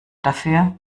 dafür